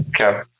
Okay